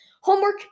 Homework